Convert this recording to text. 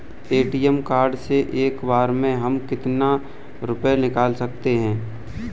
ATM card से हम एक बार में कितना रुपया निकाल सकते हैं?